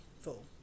full